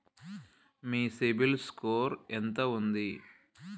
మీ CIBIL score ఎంత ఉంది?